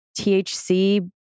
THC